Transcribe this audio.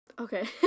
Okay